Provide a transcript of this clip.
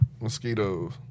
mosquitoes